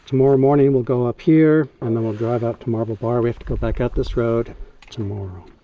tomorrow morning we'll go up here and then we'll drive out to marble bar, we have to go back out this road tomorrow.